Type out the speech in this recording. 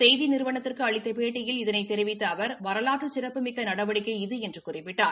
செய்தி நிறுவனத்துக்கு அளித்த பேட்டியில் இதனை தெரிவித்த அவர் வரலாற்று சிறப்புமிக்க நடவடிக்கை இது என்று குறிப்பிட்டார்